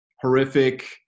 horrific